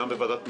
גם בוועדת משנה,